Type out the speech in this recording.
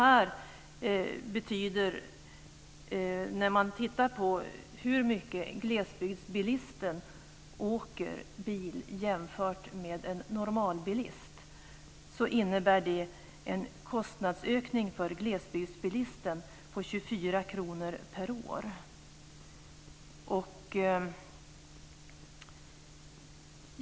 Med tanke på hur mycket glesbygdsbilisten åker bil jämfört med en normalbilist innebär det en kostnadsökning för glesbygdsbilisten på 24 kr per år.